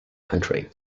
country